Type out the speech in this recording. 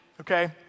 okay